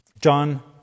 John